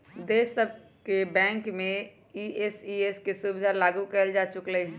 सब देश के बैंक में ई.सी.एस के सुविधा लागू कएल जा चुकलई ह